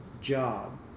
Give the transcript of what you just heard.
job